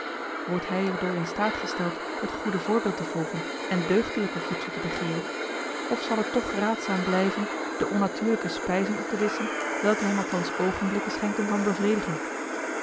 wordt hij er door in staat gesteld het goede voorbeeld te volgen en deugdelijker voedsel te begeeren of zal het toch raadzaam blijven de onnatuurlijke spijzen op te disschen welke hem althans oogenblikken schenken van